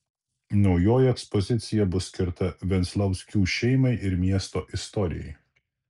naujoji ekspozicija bus skirta venclauskių šeimai ir miesto istorijai